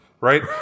Right